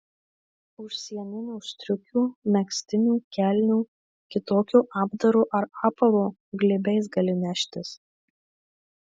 užsieninių striukių megztinių kelnių kitokio apdaro ar apavo glėbiais gali neštis